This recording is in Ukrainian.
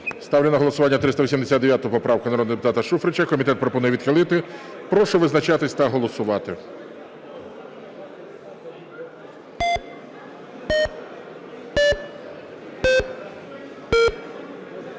Ставлю на голосування 389 поправку народного депутата Шуфрича. Комітет пропонує відхилити. Прошу визначатись та голосувати.